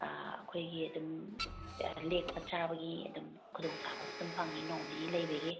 ꯑꯥ ꯑꯩꯈꯣꯏꯒꯤ ꯑꯗꯨꯝ ꯑꯥ ꯂꯦꯛꯄ ꯆꯥꯕꯒꯤ ꯑꯗꯨꯝ ꯈꯨꯗꯣꯡ ꯆꯥꯕꯁꯨ ꯑꯗꯨꯝ ꯐꯪꯏ ꯅꯣꯡ ꯅꯤꯅꯤ ꯂꯩꯕꯒꯤ